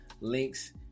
Links